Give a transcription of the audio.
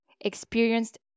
experienced